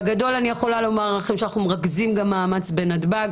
בגדול אני יכולה לומר לכם שאנחנו מרכזים גם מאמץ בנתב"ג.